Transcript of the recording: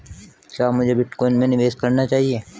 क्या मुझे बिटकॉइन में निवेश करना चाहिए?